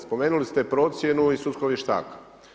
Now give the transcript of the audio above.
Spomenuli ste procjenu i sudskog vještaka.